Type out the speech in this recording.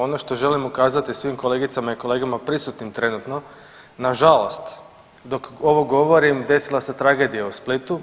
Ono što želim ukazati svim kolegicama i kolegama prisutnim trenutno, na žalost dok ovo govorim desila se tragedija u Splitu.